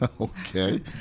Okay